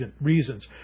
reasons